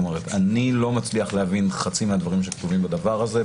אני לא מצליח להבין חצי מהדברים שכתובים בדבר הזה,